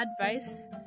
advice